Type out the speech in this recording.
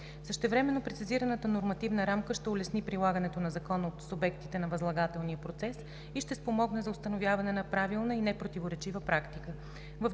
Същевременно прецизираната нормативна рамка ще улесни прилагането на Закона от субектите на възлагателния процес и ще спомогне за установяване на правилна и непротиворечива практика.